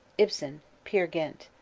ibsen peer gynt.